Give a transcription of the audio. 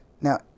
now